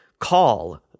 Call